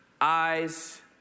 eyes